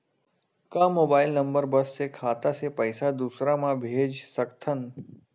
का mobile number बस से खाता से पईसा दूसरा मा भेज सकथन?